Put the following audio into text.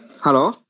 Hello